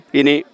ini